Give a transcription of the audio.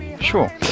Sure